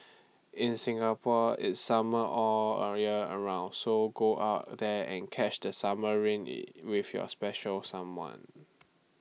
in Singapore it's summer all A year around so go out there and catch that summer rain with your special someone